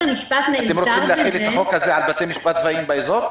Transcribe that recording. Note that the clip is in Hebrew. אתם רוצים להחיל את החוק הזה על בתי משפט צבאיים באזור?